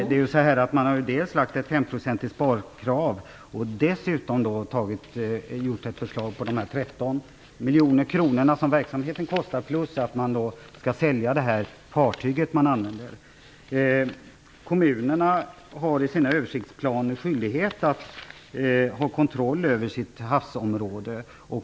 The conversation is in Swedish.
Fru talman! Man har ställt ett 5-procentigt sparkrav och dessutom gjort ett förslag angående de 13 miljoner kronor som verksamheten kostar. Man skall också sälja det fartyg som används. Kommunerna har i sina översiktsplaner skyldighet att ha kontroll över sitt havsområde.